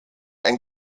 ein